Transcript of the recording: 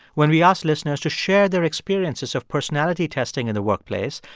when we asked listeners to share their experiences of personality testing in the workplace,